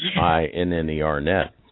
I-N-N-E-R-Net